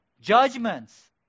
Judgments